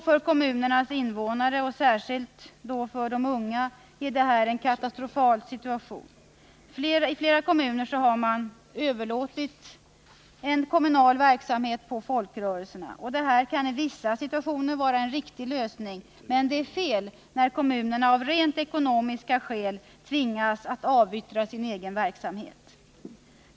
För kommunernas invånare, och då särskilt för de unga, är detta en katastrof. I flera kommuner har man överlåtit kommunal verksamhet på folkrörelserna. Det kan i vissa situationer vara en riktig lösning. Men det är fel när kommunerna av rent ekonomiska skäl tvingas att avyttra sin egen verksamhet.